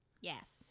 Yes